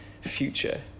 future